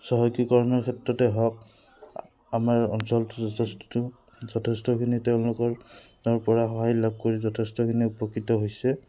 চহকীকৰণৰ ক্ষেত্ৰতে হওক আমাৰ অঞ্চলটো যথেষ্টটো যথেষ্টখিনি তেওঁলোকৰৰ পৰা সহায় লাভ কৰি যথেষ্টখিনি উপকৃত হৈছে